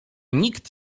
nikt